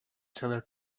seller